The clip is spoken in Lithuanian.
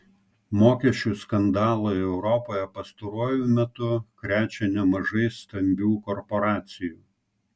mokesčių skandalai europoje pastaruoju metu krečia nemažai stambių korporacijų